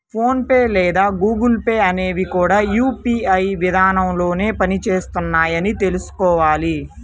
phone pay లేదా Google Pay అనేవి కూడా యూ.పీ.ఐ విధానంలోనే పని చేస్తున్నాయని తెల్సుకోవాలి